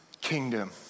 kingdom